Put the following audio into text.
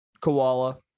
Koala